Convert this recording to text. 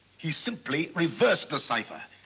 he simply reversed the cipher.